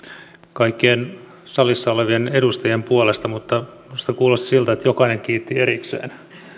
kaikkien salissa olevien edustajien puolesta mutta minusta kuulosti siltä että jokainen kiitti erikseen